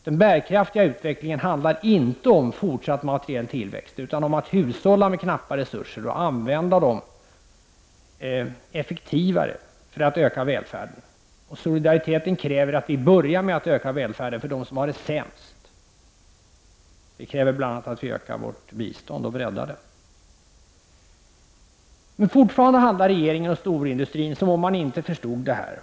Den bärkraftiga utvecklingen handlar inte om fortsatt materiell tillväxt, utan om att hushålla med knappa resurser och använda dem effektivare för att öka välfärden. Solidariteten kräver att vi börjar öka välfärden för dem som har det sämst. Det kräver bl.a. att vi ökar vårt bistånd och breddar det. Men regeringen och storindustrin handlar fortfarande som om man inte förstod detta.